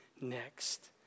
next